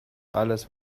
alles